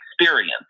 experience